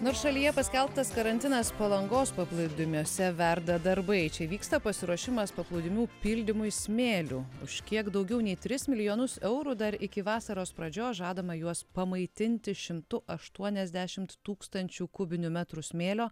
nors šalyje paskelbtas karantinas palangos paplūdimiuose verda darbai čia vyksta pasiruošimas paplūdimių pildymui smėliu už kiek daugiau nei tris milijonus eurų dar iki vasaros pradžios žadama juos pamaitinti šimtu aštuoniasdešimt tūkstančių kubinių metrų smėlio